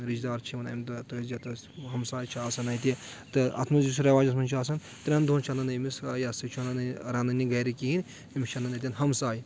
رِشتٔدار چھِ یِوان امہِ دۄہ تعزیتَس ہمساے چھُ آسان اَتہِ تہٕ اتھ منٛز یُس رؠواجس منٛز چھُ آسان ترٛؠن دۄہَن چھِ اَنان أمِس یہِ چھُ انان رننہِ گرِ کہیٖنۍ أمِس چھِ انان اتؠن ہمساے